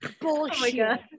Bullshit